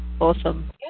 Awesome